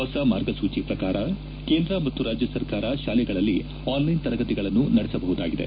ಹೊಸ ಮಾರ್ಗಸೂಚಿ ಪ್ರಕಾರ ಕೇಂದ್ರ ಮತ್ತು ರಾಜ್ಯ ಸರ್ಕಾರ ಶಾಲೆಗಳಲ್ಲಿ ಆನ್ಲೈನ್ ತರಗತಿಗಳನ್ತು ನಡೆಸಬಹುದಾಗಿದೆ